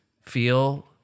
feel